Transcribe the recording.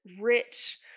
rich